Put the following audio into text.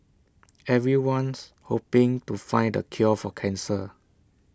everyone's hoping to find the cure for cancer